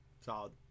Solid